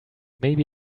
maybe